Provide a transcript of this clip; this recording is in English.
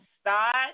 start